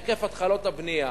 היקף התחלות הבנייה,